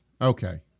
Okay